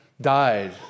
died